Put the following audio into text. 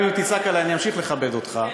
גם אם תצעק עלי אני אמשיך לכבד אותך.